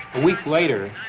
week later,